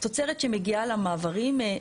תוצרת שמגיעה למעברים,